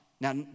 now